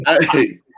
Hey